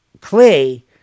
clay